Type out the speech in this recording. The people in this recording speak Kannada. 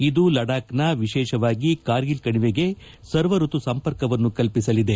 ಇದು ಲಡಾಖ್ನ ವಿಶೇಷವಾಗಿ ಕಾರ್ಗಿಲ್ ಕಣಿವೆಗೆ ಸರ್ವಾಯತು ಸಂಪರ್ಕವನ್ನು ಕಲ್ಲಿಸಲಿದೆ